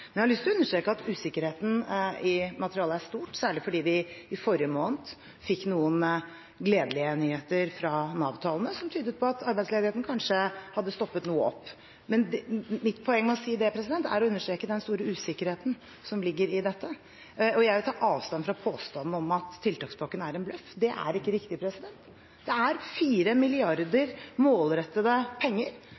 Men jeg har lyst til å understreke at usikkerheten i materialet er stort, særlig fordi vi i forrige måned fikk noen gledelige nyheter i Nav-tallene, som tyder på at arbeidsledigheten kanskje har stoppet noe opp. Mitt poeng med å si det er å understreke den store usikkerheten som ligger i dette. Jeg vil ta avstand fra påstanden om at tiltakspakken er en bløff – det er ikke riktig. Det er 4 milliarder